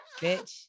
Bitch